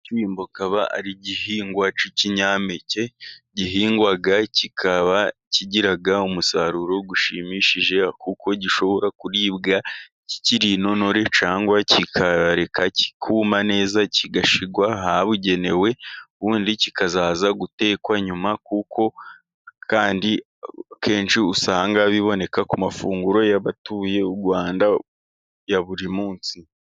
Igishyimbo kikaba ari igihingwa cy'ikinyampeke, gihingwa kikaba kigira umusaruro ushimishije, kuko gishobora kuribwa kikiri intonore, cyangwa ukakireka kikuma neza kigashyigwa ahabugenewe, ubundi kikaza gutekwa nyuma, kuko kandi kenshi usanga biboneka ku mafunguro y'abatuye b'u Rwanda ya buri munsi.